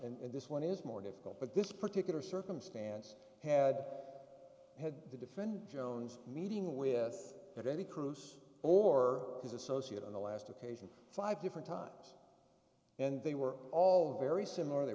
twice and this one is more difficult but this particular circumstance had had the defendant jones meeting with that any cruise or his associate on the last occasion five different times and they were all very similar they